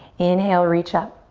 inhale, reach up.